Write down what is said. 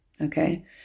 okay